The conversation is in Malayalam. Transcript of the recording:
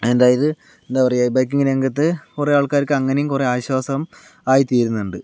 അയിന്റായത് എന്താ പറയുക ഈ ബൈക്കിംഗ് രംഗത്ത് കുറെ ആൾക്കാർക്ക് അങ്ങനെയും കുറെ ആശ്വാസം ആയി തീരുന്നുണ്ട്